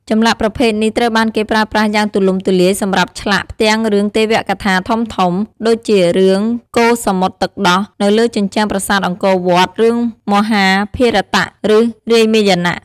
ចម្លាក់ប្រភេទនេះត្រូវបានគេប្រើប្រាស់យ៉ាងទូលំទូលាយសម្រាប់ឆ្លាក់ ផ្ទាំងរឿងទេវកថាធំៗ ដូចជារឿងកូរសមុទ្រទឹកដោះនៅលើជញ្ជាំងប្រាសាទអង្គរវត្ត រឿងមហាភារតៈ ឬរាមាយណៈ។